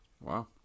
wow